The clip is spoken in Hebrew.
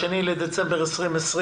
ה-2 בדצמבר 2020,